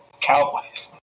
Cowboys